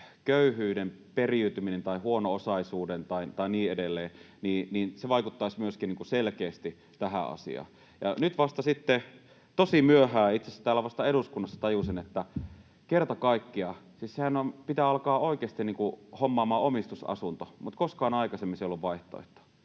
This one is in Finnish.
köyhyyden periytyminen” tai huono-osaisuuden tai niin edelleen? Aloite vaikuttaisi selkeästi myöskin tähän asiaan. Ja nyt vasta sitten tosi myöhään, itse asiassa täällä vasta eduskunnassa, tajusin, että kerta kaikkiaan siis pitää alkaa oikeasti hommaamaan omistusasunto, mutta koskaan aikaisemmin se ei ollut vaihtoehto.